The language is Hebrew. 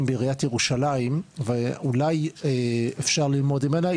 בעיריית ירושלים ואולי אפשר ללמוד ממנה,